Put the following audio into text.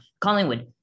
Collingwood